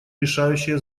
решающее